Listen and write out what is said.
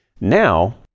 now